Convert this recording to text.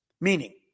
meaning